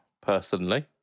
personally